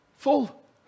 Full